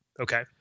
Okay